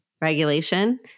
regulation